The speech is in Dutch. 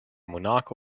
monaco